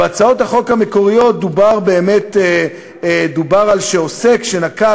בהצעות החוק המקוריות דובר על כך שעוסק שנקט